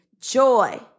joy